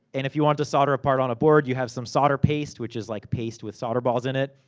and if you wanted to solder a part on a board, you have some solder paste. which is like paste with solder balls in it.